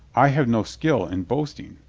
i have no skill in boasting,